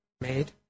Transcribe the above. made